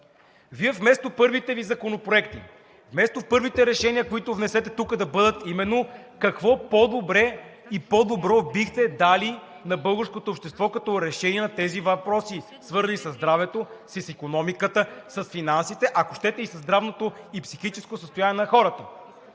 Вие вместо първите Ви законопроекти, вместо първите решения, които внесете тук да бъдат именно какво по-добре и по-добро бихте дали на българското общество като решение на тези въпроси, свързани със здравето, с икономиката, с финансите, ако щете и със здравното и психическо състояние на хората,